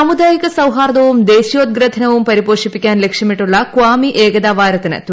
സാമൂദായിക സൌഹാർദ്ദവും ദേശീയോദ്ഗ്രഥനവും പരിപോഷിപ്പിക്കാൻ ലക്ഷ്യമിട്ടുള്ള ക്വാമി ഏകതാ വാരത്തിന് തുടക്കം